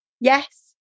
yes